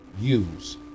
use